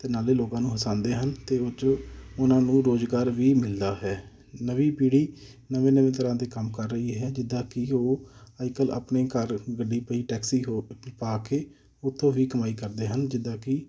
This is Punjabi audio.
ਅਤੇ ਨਾਲੇ ਲੋਕਾਂ ਨੂੰ ਹਸਾਉਂਦੇ ਹਨ ਅਤੇ ਉਹ 'ਚ ਉਹਨਾਂ ਨੂੰ ਰੁਜ਼ਗਾਰ ਵੀ ਮਿਲਦਾ ਹੈ ਨਵੀਂ ਪੀੜੀ ਨਵੇਂ ਨਵੇਂ ਤਰ੍ਹਾਂ ਦੇ ਕੰਮ ਕਰ ਰਹੀ ਹੈ ਜਿੱਦਾਂ ਕਿ ਉਹ ਅੱਜ ਕੱਲ੍ਹ ਆਪਣੇ ਘਰ ਗੱਡੀ ਪਈ ਟੈਕਸੀ ਹੋ ਪਾ ਕੇ ਉੱਥੋਂ ਹੀ ਕਮਾਈ ਕਰਦੇ ਹਨ ਜਿੱਦਾਂ ਕਿ